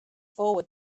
forward